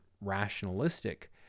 rationalistic